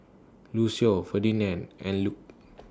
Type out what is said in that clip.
Lucio Ferdinand and Luc